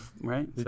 right